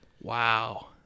Wow